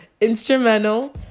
instrumental